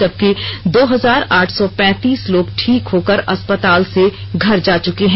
जबकि दो हजार आठ सौ पैंतीस लोग ठीक होकर अस्पताल से घर जा चुके हैं